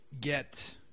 get